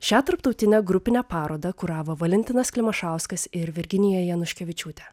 šią tarptautinę grupinę parodą kuravo valentinas klimašauskas ir virginija januškevičiūtė